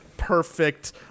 perfect